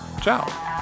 ciao